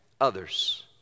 others